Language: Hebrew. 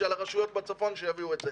של הרשויות בצפון שיבוא את זה.